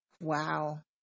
Wow